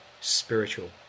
spiritual